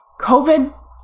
COVID